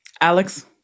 Alex